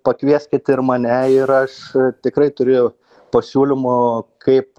pakvieskit ir mane ir aš tikrai turiu pasiūlymų kaip